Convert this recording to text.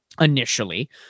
initially